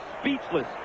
speechless